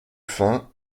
faim